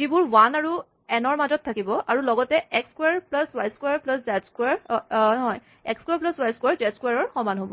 যিবোৰ ৱান আৰু এন ৰ মাজত থাকিব আৰু লগতে এক্স ক্সোৱাৰ প্লাছ ৱাই ক্সোৱাৰ জেড ক্সোৱাৰ ৰ সমান হ'ব